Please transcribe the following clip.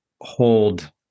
hold